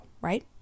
right